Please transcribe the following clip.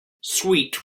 sweet